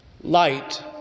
Light